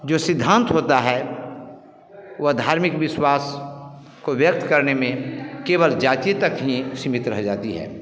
जो सिद्धांत होता है वह धार्मिक विश्वास को व्यक्त करने में केवल जाती तक ही सीमित रह जाती है